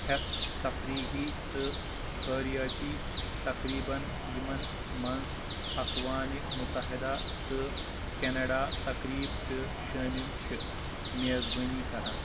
ہٮ۪تھ تفریٖحی تہٕ خٲریٲتی تقریٖبن یِمن منٛز اقوامہِ مُتحدہ تہٕ کینڈا تقریٖب تہٕ شٲمِل چھِ میزبٲنی کَران